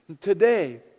today